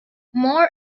more